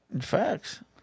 Facts